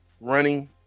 running